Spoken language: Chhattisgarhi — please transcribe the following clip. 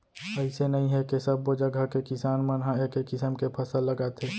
अइसे नइ हे के सब्बो जघा के किसान मन ह एके किसम के फसल लगाथे